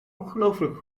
ongelooflijk